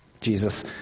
Jesus